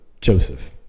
Joseph